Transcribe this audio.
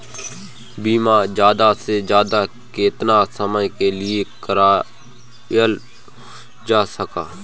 बीमा ज्यादा से ज्यादा केतना समय के लिए करवायल जा सकेला?